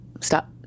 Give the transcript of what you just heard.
Stop